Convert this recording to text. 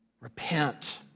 Repent